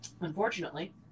Unfortunately